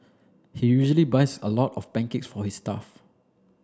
he usually buys a lot of pancakes for his staff